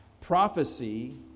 Prophecy